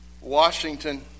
Washington